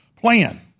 plan